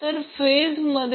तर आणि current Ic आहे